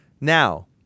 Now